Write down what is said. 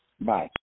Bye